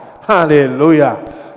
Hallelujah